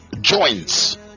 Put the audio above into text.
Joints